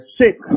six